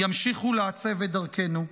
ימשיכו לעצב את דרכנו.